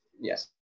Yes